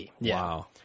Wow